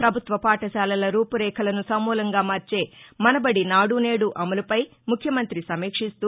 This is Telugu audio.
ప్రభుత్వ పాఠశాలల రూపురేఖలను సమూలంగా మార్చే మనబడి నాడు నేదు అమలుపై ముఖ్యమంతి సమీక్షిస్తూ